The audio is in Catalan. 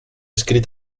escrit